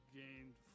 gained